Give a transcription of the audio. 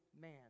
man